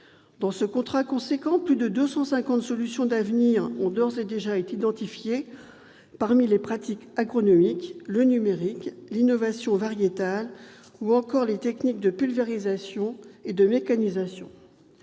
de ce contrat, plus de 250 solutions d'avenir ont d'ores et déjà été identifiées en matière de pratiques agronomiques, de recours au numérique, d'innovation variétale ou encore de techniques de pulvérisation et de mécanisation.